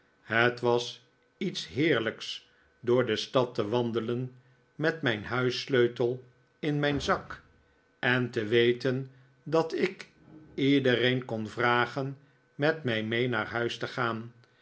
het was iets heerlijks door de stad tewandelen met mijn huissleutel in mijn zak en te weten dat ik iedereen kon vragen met mij mee naar huis te gaan